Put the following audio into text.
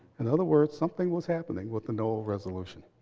in other words, something was happening with the noel resolution.